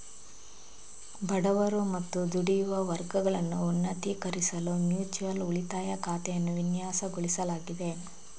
ಬಡವರು ಮತ್ತು ದುಡಿಯುವ ವರ್ಗಗಳನ್ನು ಉನ್ನತೀಕರಿಸಲು ಮ್ಯೂಚುಯಲ್ ಉಳಿತಾಯ ಖಾತೆಯನ್ನು ವಿನ್ಯಾಸಗೊಳಿಸಲಾಗಿದೆ